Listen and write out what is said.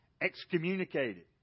excommunicated